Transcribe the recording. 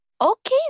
okay